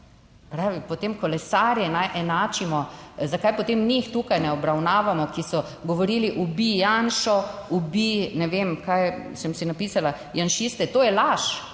potem kolesarje naj enačimo, zakaj potem jih tukaj ne obravnavamo, ki so govorili, ubij Janšo, ubij, ne vem kaj sem si napisala, Janšiste? To je laž,